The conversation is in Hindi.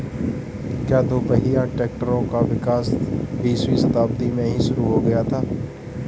क्या दोपहिया ट्रैक्टरों का विकास बीसवीं शताब्दी में ही शुरु हो गया था?